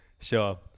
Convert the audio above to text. sure